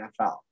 NFL